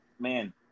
man